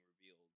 revealed